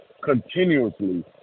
continuously